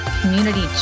Community